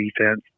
defense